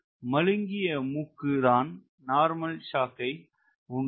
மழுங்கிய மூக்கு தான் normal shock ஐ உண்டாக்கும்